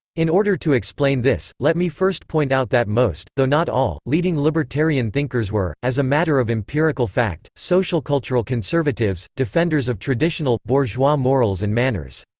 in order to explain this, let me first point out that most, though not all, leading libertarian thinkers were, as a matter of empirical fact, socialcultural conservatives defenders of traditional, bourgeois morals and manners.